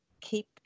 keep